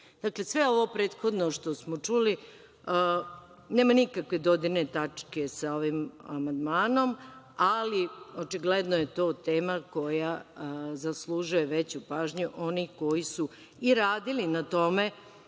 sve ovo prethodno što smo čuli nema nikakve dodirne tačke sa ovim amandmanom. Očigledno je to tema koja zaslužuje veću pažnju onih koji su i radili na tome